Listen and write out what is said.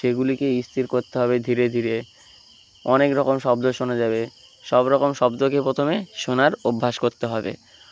সেগুলিকে স্থির করতে হবে ধীরে ধীরে অনেক রকম শব্দ শোনা যাবে সব রকম শব্দকে প্রথমে শোনার অভ্যাস করতে হবে